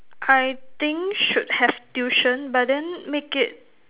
I think should have tuition but then make it